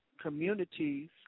communities